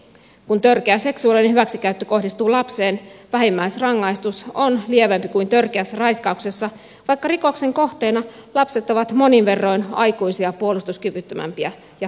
kun törkeä seksuaalinen hyväksikäyttö kohdistuu lapseen vähimmäisrangaistus on lievempi kuin törkeässä raiskauksessa vaikka rikoksen kohteena lapset ovat monin verroin aikuisia puolustuskyvyttömämpiä ja haavoittuvaisempia